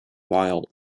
while